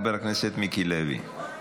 חבר הכנסת מיקי לוי.